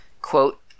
Quote